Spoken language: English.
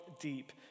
deep